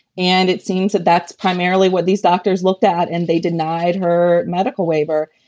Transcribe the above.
and it seems that that's primarily what these doctors looked at and they denied her medical waiver.